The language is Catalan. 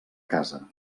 casa